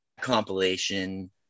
compilation